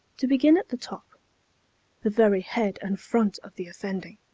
to begin at the top the very head and front of the offending.